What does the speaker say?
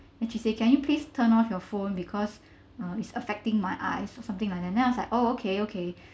then she said can you please turn off your phone because uh is affecting my eyes or something like that and then I was like oh okay okay